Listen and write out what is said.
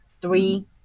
Three